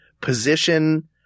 Position